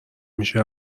میشه